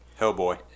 Hellboy